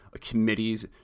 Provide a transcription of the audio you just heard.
committees